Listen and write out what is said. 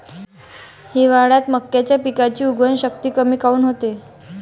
हिवाळ्यात मक्याच्या पिकाची उगवन शक्ती कमी काऊन होते?